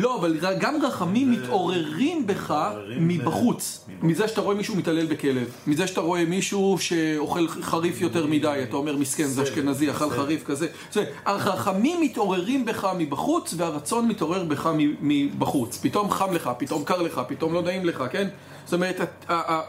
לא, אבל גם רחמים מתעוררים בך מבחוץ. מזה שאתה רואה מישהו מתעלל בכלב מזה שאתה רואה מישהו שאוכל חריף יותר מדי. אתה אומר מסכן, זה אשכנזי, אכל חריף וזה.. זאת אומרת, הרחמים מתעוררים בך מבחוץ והרצון מתעורר בך מבחוץ. פתאום חם לך, פתאום קר לך, פתאום לא נעים לך, כן? זאת אומרת, א.. א..